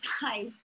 size